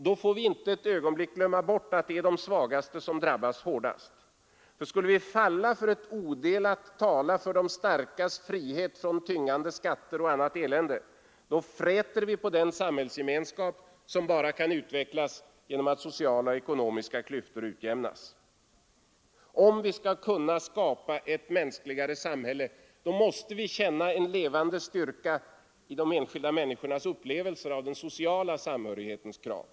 Då får vi inte ett ögonblick glömma bort att det är de svagaste som drabbas hårdast. Skulle vi falla för att odelat tala för de starkas frihet från tyngande skatter och annat elände, då fräter vi på den sam hällsgemenskap som bara kan utvecklas genom att sociala och ekonomiska klyftor utjämnas. Om vi skall kunna skapa ett mänskligare samhälle måste vi känna en levande styrka i människans upplevelser av den sociala sam hörighetens krav.